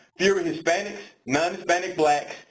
fewer hispanics, non-hispanic blacks,